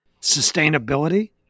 sustainability